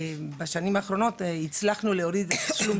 בשנים האחרונות הצלחנו להוריד את התשלום